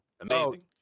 amazing